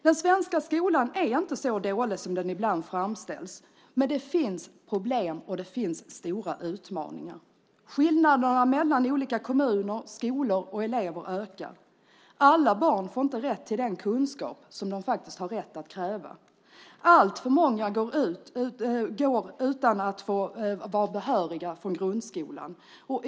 Den svenska skolan är inte så dålig som den ibland framställs, men det finns problem och stora utmaningar. Skillnaderna mellan olika kommuner, skolor och elever ökar. Alla barn får inte den kunskap som de har rätt att kräva. Alltför många går från grundskolan utan att vara behöriga.